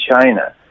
China